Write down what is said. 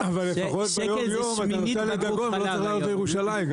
שקל זה שמינית בקבוק חלב היום.